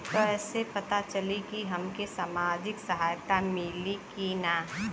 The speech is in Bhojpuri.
कइसे से पता चली की हमके सामाजिक सहायता मिली की ना?